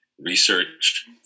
research